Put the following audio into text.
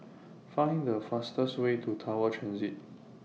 Find The fastest Way to Tower Transit